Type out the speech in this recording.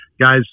guys